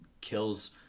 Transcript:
kills